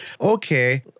Okay